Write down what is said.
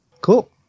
Cool